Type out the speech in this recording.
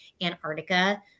Antarctica